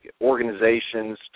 organizations